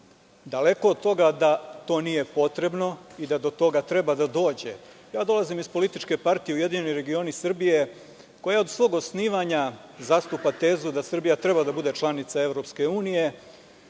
Daleko od toga da to nije potrebno i da do toga treba da dođe. Dolazim iz političke partije URS koja od svog zasnivanja zastupa tezu da Srbija treba da bude članica EU i